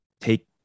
take